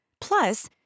Plus